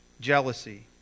jealousy